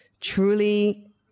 truly